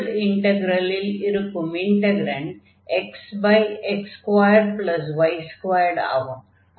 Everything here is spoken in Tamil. உள் இன்டக்ரலில் இருக்கும் இன்டக்ரன்ட் xx2y2 ஆகும்